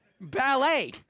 ballet